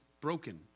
broken